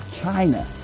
China